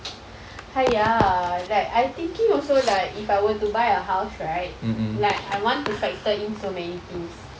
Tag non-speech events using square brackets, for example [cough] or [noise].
[noise] !haiya! like I thinking also lah if I were to buy a house right like I want to factor in so many things